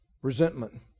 resentment